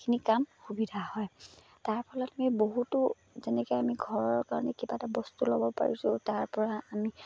সেইখিনি কাম সুবিধা হয় তাৰ ফলত আমি বহুতো যেনেকৈ আমি ঘৰৰ কাৰণে কিবা এটা বস্তু ল'ব পাৰিছোঁ তাৰপৰা আমি